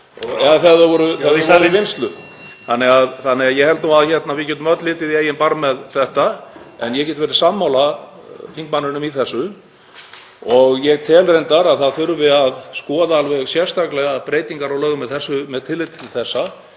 Þannig að ég held að við getum öll litið í eigin barm með þetta. En ég get verið sammála þingmanninum í þessu og ég tel reyndar að það þurfi að skoða alveg sérstaklega breytingar á lögum með tilliti til þessa.